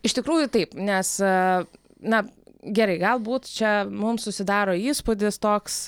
iš tikrųjų taip nes aaa na gerai galbūt čia mums susidaro įspūdis toks